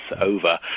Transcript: over